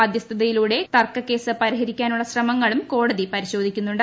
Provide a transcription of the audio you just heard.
മധ്യസ്ഥതയിലൂടെ തർക്കക്ക്സ് പരിഹരിക്കാനുള്ള ശ്രമങ്ങളും കോടതി പരിശോധിക്കുന്നുണ്ട്